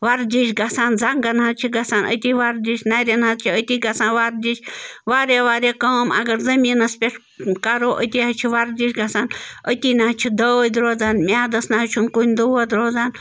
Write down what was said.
ورزِش گژھان زنٛگَن حظ چھِ گژھان أتی وَردِش نَرٮ۪ن حظ چھِ أتی گژھان وَردِش واریاہ واریاہ کٲم اگر زٔمیٖنَس پٮ۪ٹھ کَرو أتی حظ چھِ وَردِش گژھان أتی نہٕ حظ چھِ دٲدۍ روزان میٛادَس نہٕ حظ چھِنہٕ کُنہِ دود روزان